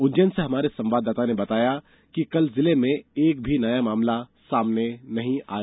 उज्जैन से हमारे संवाददाता ने बताया है कि कल जिले में एक भी नया मामला सामने नहीं आया